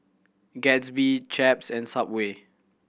Gatsby Chaps and Subway